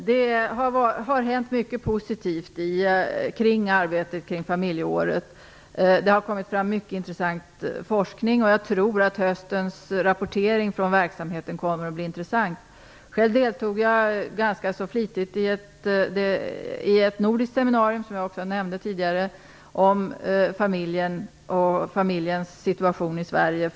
Herr talman! Det har hänt mycket positivt i arbetet med familjeåret. Det har kommit fram mycket intressant forskning. Jag tror att höstens rapportering från verksamheten kommer att bli intressant. Själv deltog jag ganska flitigt i ett nordiskt seminarium för en tid sedan, om familjen och familjens situation i Sverige.